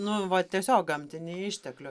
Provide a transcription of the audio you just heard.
nu va tiesiog gamtinį išteklių